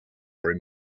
were